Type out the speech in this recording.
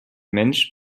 mensch